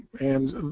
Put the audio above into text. and